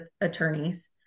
attorneys